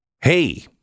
Hey